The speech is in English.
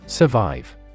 Survive